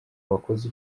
wakoze